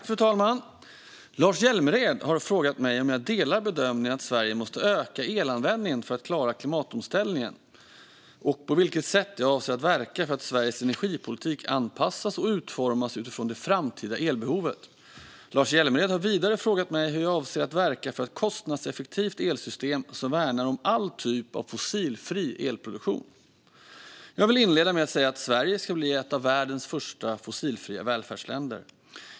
Fru talman! har frågat mig om jag delar bedömningen att Sverige måste öka elanvändningen för att klara klimatomställningen och på vilket sätt jag avser att verka för att Sveriges energipolitik anpassas och utformas utifrån det framtida elbehovet. Lars Hjälmered har vidare frågat mig hur jag avser att verka för ett kostnadseffektivt elsystem som värnar om all typ av fossilfri elproduktion. Jag vill inleda med att säga att Sverige ska bli ett av världens första fossilfria välfärdsländer.